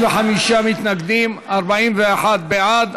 55 מתנגדים, 41 בעד.